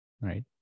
right